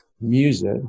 music